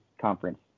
conference